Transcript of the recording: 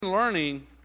learning